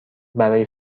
برای